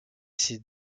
ses